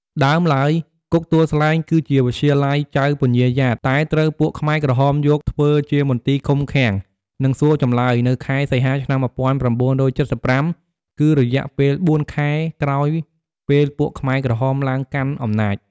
ដើមឡើយ គុកទួលស្លែង គឺជាវិទ្យាល័យចៅពញ្ញាយ៉ាត តែត្រូវពួកខ្មែរក្រហមយកធ្វើជាមន្ទីរឃុំឃាំង និងសួរចម្លើយ នៅខែសីហាឆ្នាំ១៩៧៥ គឺរយៈពេល៤ខែក្រោយពេលពួកខ្មែរក្រហមឡើងកាន់អំណាច។